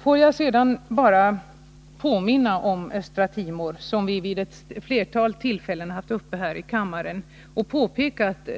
Får jag sedan bara påminna om Östra Timor, som vi vid ett flertal tillfällen haft uppe här i kammaren, och